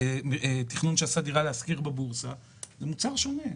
תכנון שעשה דירה להשכיר בבורסה זה מוצר שונה,